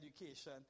education